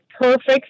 perfect